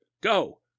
go